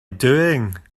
doing